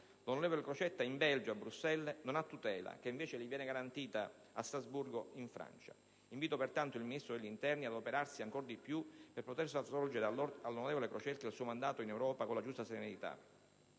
Crocetta in Belgio, a Bruxelles, non ha tutela, che invece gli viene garantita in Francia, a Strasburgo. Invito, pertanto, il Ministro dell'interno ad adoperarsi ancor di più per poter far svolgere all'onorevole Crocetta il suo mandato in Europa con la giusta serenità.